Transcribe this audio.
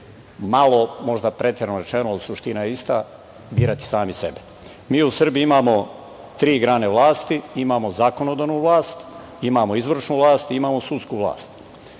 malo možda preterano rečeno, ali suština je ista, birati sami sebe. Mi u Srbiji imamo tri grane vlasti. Imamo zakonodavnu vlast, imamo izvršnu vlast i imamo sudsku vlast.